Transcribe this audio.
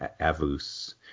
Avus